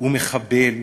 הוא מחבל.